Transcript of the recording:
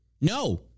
No